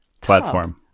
Platform